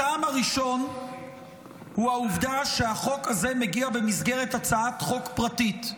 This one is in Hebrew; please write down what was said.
הטעם הראשון הוא העובדה שהחוק הזה מגיע במסגרת הצעת חוק פרטית.